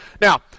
Now